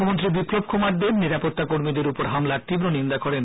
মুখ্যমন্ত্রী বিপ্লব কুমার দেব নিরাপত্তা কর্মীদের উপর হামলার তীব্র নিন্দা করেন